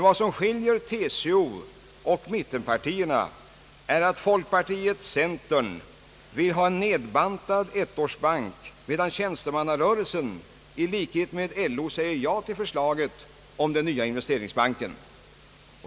Vad som skiljer TCO och mittenpartierna är att folkpartiet och centern vill ha en nedbantad ettårsbank, medan tjänstemannarörelsen i likhet med LO säger ja till förslaget om den nya investeringsbanken.